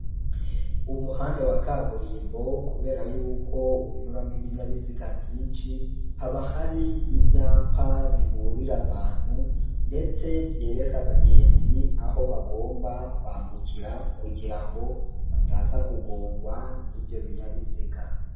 Umuhanda wa kaburimbo kubera yuko unyuramo ibinyabiziga byinshi, haba hari ibyapa biburira abantu ndetse byereka abagenzi aho bagomba kwambukira kugira ngo bataza kugongwa n'ibyo binyabiziga.